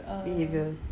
behaviour